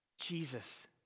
Jesus